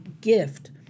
gift